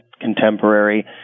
contemporary